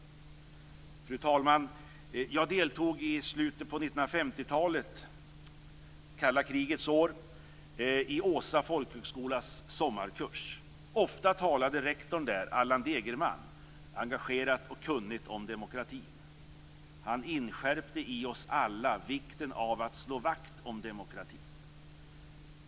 Fru talman! Jag deltog i slutet av 1950-talet - Ofta talade rektorn Allan Degerman engagerat och kunnigt om demokratin. Han inskärpte i oss alla vikten av att slå vakt om demokratin.